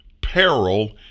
Peril